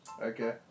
Okay